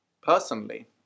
Personally